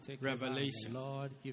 revelation